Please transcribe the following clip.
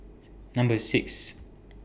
Number six